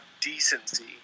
decency